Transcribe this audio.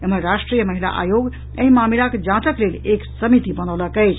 एम्हर राष्ट्रीय महिला आयोग एहि मामिलाक जांचक लेल एक समिति बनौलक अछि